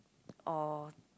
or